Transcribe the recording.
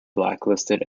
blacklisted